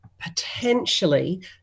potentially